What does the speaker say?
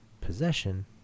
possession